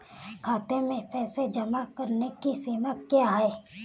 खाते में पैसे जमा करने की सीमा क्या है?